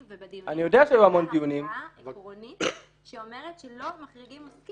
אני יכול להציע הגדרה, אבל זה לא יתרום.